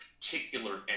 particular